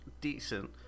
decent